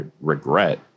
regret